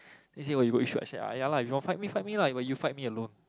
then he say what you go shou~ ah ya lah you want fight me fight me lah but you fight me alone